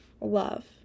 love